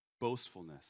Boastfulness